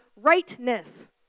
rightness